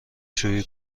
شویی